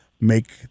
make